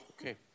Okay